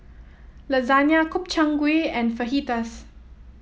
Lasagna Gobchang Gui and Fajitas